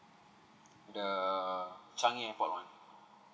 the changi airport one